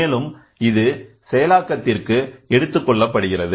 மேலும் இது செயலாக்கத்திற்கு எடுத்துக் கொள்ளப்படுகிறது